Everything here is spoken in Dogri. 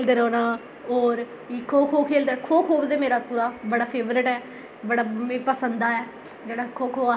अपना होर खो खो खेलदे रौह्ना खो खो मेरा बड़ा फेवरट ऐ बड़ा मिगी पसंद ऐ जेह्ड़ा खो खो अस खेलदे हे